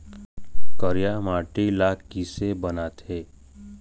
करिया माटी ला किसे बनाथे?